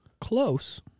Close